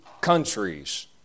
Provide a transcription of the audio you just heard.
countries